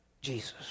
Jesus